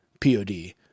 pod